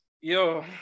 yo